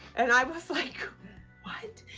and i was like what?